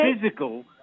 physical